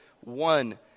one